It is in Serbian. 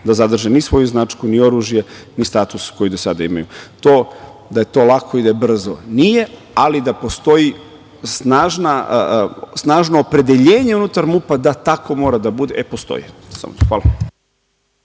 da zadrže ni svoju značku, ni oružje, ni status koji do sada imaju. Da je to lako i da je brzo, nije, ali da postoji snažno opredeljenje unutar MUP-a da tako mora da bude, e postoji. Samo